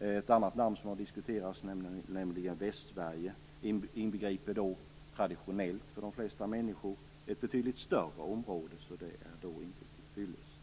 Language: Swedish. Ett annat land som har diskuterats, nämligen Västsverige, inbegriper traditionellt för de flesta människor ett betydligt större område och är inte till fyllest.